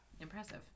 impressive